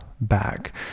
Back